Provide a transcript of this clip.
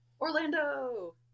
Orlando